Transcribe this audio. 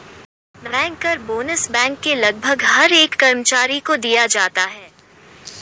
banker bonus bank के लगभग हर एक कर्मचारी को दिया जाता है